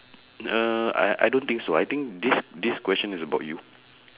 uh I don't think so I think this this question is about you